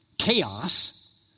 chaos